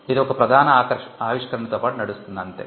ఇది ఒక ప్రధాన ఆవిష్కరణతో పాటు నడుస్తుందిఅంతే